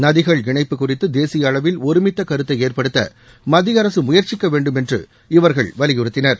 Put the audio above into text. நதிகள் இணைப்பு குறித்து தேசிய அளவில் ஒருமித்த கருத்தை ஏற்படுத்த மத்திய அரசு முயற்சிக்க வேண்டும் என்று இவர்கள் வலியுறுத்தினர்